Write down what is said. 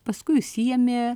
paskui užsiėmė